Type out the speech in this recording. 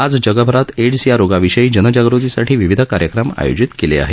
आज जगभरात एइस या रोगाविषयी जनजागृतीसाठी विविध कार्यक्रम आयोजित केले आहेत